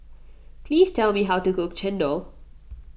please tell me how to cook Chendol